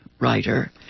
writer